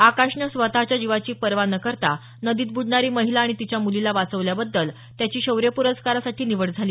आकाशनं स्वतच्या जीवाची पर्वा न करता नदीत बुडणारी महिला आणि तिच्या मुलीला वाचवल्याबद्दल त्याची शौर्य पुरस्कारासाठी निवड झाली